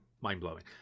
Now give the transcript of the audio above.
mind-blowing